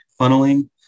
Funneling